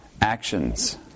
actions